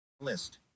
List